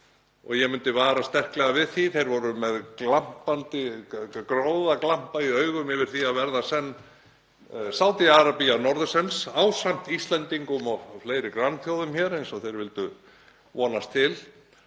og ég myndi vara sterklega við því. Þeir voru með gróðaglampa í augum yfir því að verða senn Sádi-Arabía norðursins ásamt Íslendingum og fleiri grannþjóðum, eins og þeir vildu vonast til.